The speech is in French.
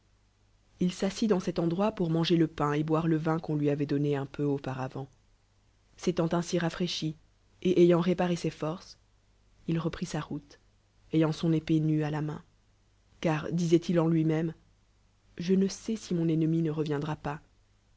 il s'assit dans cet endroit pour manger le pain et boire le vin qu'on lui avoit donné un peu auparavant s'étant ainsi rafraiclli et ayant réparé ses forces il reprit sa roule ayant son épée nue à la main car disoit d en lui-même je ne sais si mon cdnemi ne reviendra pas